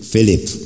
Philip